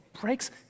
breaks